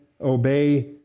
obey